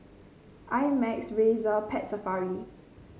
I Max Razer Pet Safari